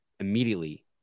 Immediately